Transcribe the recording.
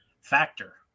factor